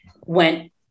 went